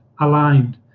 aligned